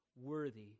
worthy